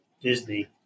Disney